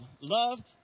Love